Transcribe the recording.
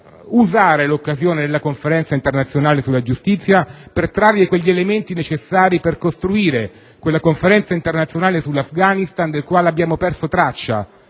utilizzare l'occasione della Conferenza internazionale sulla giustizia per trarre quegli elementi necessari per costruire quella Conferenza internazionale sull'Afghanistan della quale abbiamo perso traccia